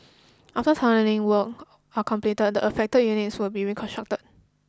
after tunnelling works are completed the affected unit will be reconstructed